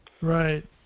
Right